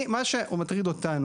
אני, מה שמטריד אותנו